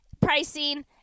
pricing